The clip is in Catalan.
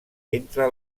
entre